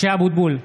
(קורא בשמו חברי הכנסת) משה אבוטבול,